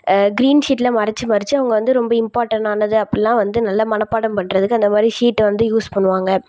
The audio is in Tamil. க்ரீன் ஷீட்டில் மறைத்து மறைத்து அவங்க வந்து ரொம்ப இம்பார்ட்டன் ஆனதை அப்பிடில்லாம் வந்து நல்லா மனப்பாடம் பண்ணுறதுக்கு அந்தமாதிரி ஷீட்டை வந்து யூஸ் பண்ணுவாங்க